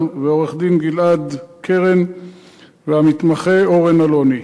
ועורך-דין גלעד קרן והמתמחה אורן אלוני,